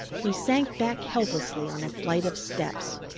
he sank back helplessly on a flight of steps.